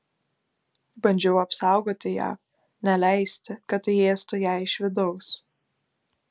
bandžiau apsaugoti ją neleisti kad tai ėstų ją iš vidaus